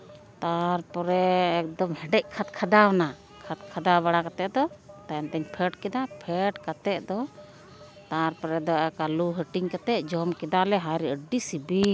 ᱛᱟᱨᱯᱚᱨᱮ ᱮᱠᱫᱚᱢ ᱦᱮᱰᱮᱡ ᱠᱷᱟᱫᱽ ᱠᱷᱟᱫᱟᱣ ᱮᱱᱟ ᱠᱷᱟᱫᱽ ᱠᱷᱟᱫᱟᱣ ᱵᱟᱲᱟ ᱠᱟᱛᱮ ᱫᱚ ᱛᱟᱭᱚᱢ ᱛᱤᱧ ᱯᱷᱮᱰ ᱠᱮᱫᱟ ᱯᱷᱮᱰ ᱠᱟᱛᱮ ᱫᱚ ᱛᱟᱨᱯᱚᱨᱮ ᱫᱟᱠᱟ ᱞᱩ ᱦᱟᱹᱴᱤᱧ ᱠᱟᱛᱮ ᱡᱚᱢ ᱠᱮᱫᱟᱞᱮ ᱦᱟᱭᱨᱮ ᱟᱹᱰᱤ ᱥᱤᱵᱤᱞ